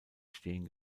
stehen